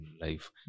life